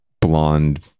blonde